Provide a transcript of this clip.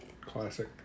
Classic